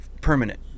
permanent